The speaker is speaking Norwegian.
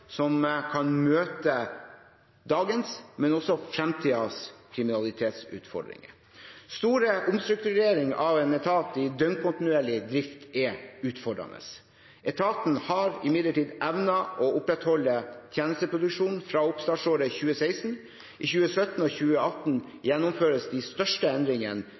som kan møte dagens, men også fremtidens kriminalitetsutfordringer. Store omstruktureringer av en etat i døgnkontinuerlig drift er utfordrende. Etaten har imidlertid evnet å opprettholde tjenesteproduksjonen fra oppstartsåret 2016. I 2017 og 2018 gjennomføres de største endringene